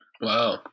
Wow